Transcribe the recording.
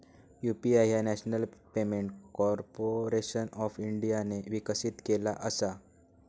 UPI ह्या national payment corporation of इंडियाने विकसित केला असा